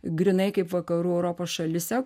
grynai kaip vakarų europos šalyse